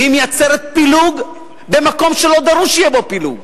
והיא מייצרת פילוג במקום שלא דרוש שיהיה בו פילוג.